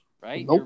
right